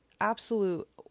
absolute